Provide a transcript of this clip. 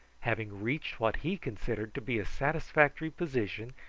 having reached what he considered to be a satisfactory position,